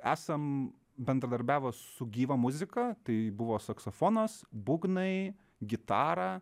esam bendradarbiavus su gyva muzika tai buvo saksofonas būgnai gitara